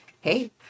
Hey